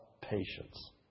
patience